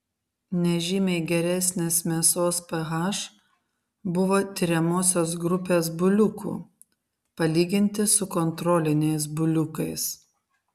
nežymiai geresnis mėsos ph buvo tiriamosios grupės buliukų palyginti su kontroliniais buliukais